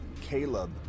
Caleb